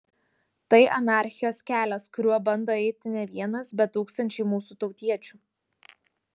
tai anarchijos kelias kuriuo bando eiti ne vienas bet tūkstančiai mūsų tautiečių